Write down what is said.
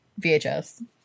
VHS